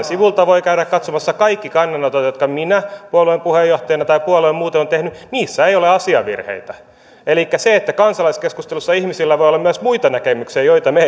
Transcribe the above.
sivuiltamme voi käydä katsomassa kaikki kannanotot jotka minä puolueen puheenjohtajana tai puolue muuten on tehnyt niissä ei ole asiavirheitä sille että kansalaiskeskustelussa ihmisillä voi olla myös muita näkemyksiä joita me